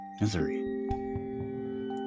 Misery